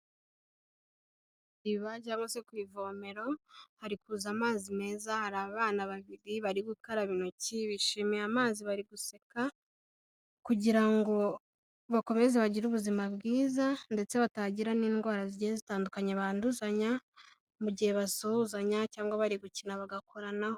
Ku iriba cyangwa se ku ivomero hari kuza amazi meza hari abana babiri bari gukaraba intoki bishimiye amazi bari guseka, kugira ngo bakomeze bagire ubuzima bwiza ndetse batagira n'indwara zigiye zitandukanye banduzanya mu gihe basuhuzanya cyangwa bari gukina bagakoranaho.